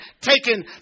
taken